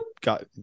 got